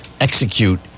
execute